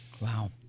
Wow